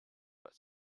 but